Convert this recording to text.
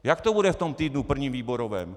Jak to bude v tom týdnu prvním výborovém?